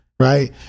right